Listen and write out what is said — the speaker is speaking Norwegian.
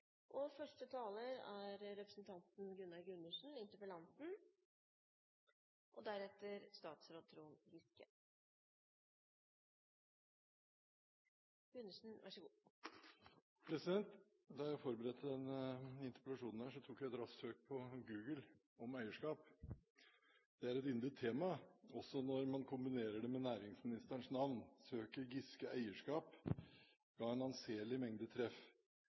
og gjennomføres i nasjonal rett. Flere har ikke bedt om ordet til sakene nr. 5 og 6. Da jeg forberedte denne interpellasjonen, tok jeg et raskt søk på Google om eierskap. Det er et yndet tema, også når man kombinerer det med næringsministerens navn. Søket «Giske eierskap» ga en anselig mengde treff.